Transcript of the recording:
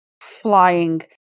flying